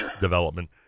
development